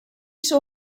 saw